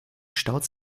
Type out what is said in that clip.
staut